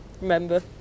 remember